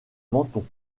menton